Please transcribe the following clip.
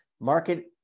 Market